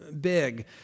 big